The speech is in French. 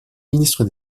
ministre